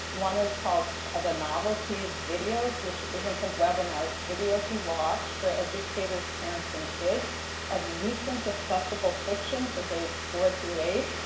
one is called the novel-ties videos, which isn't a webinar. it's videos you watch for educators, parents, and kids of recent discussable fiction for grades four through eight.